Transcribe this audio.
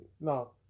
No